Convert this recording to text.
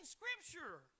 Scripture